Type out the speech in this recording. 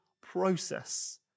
process